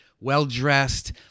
well-dressed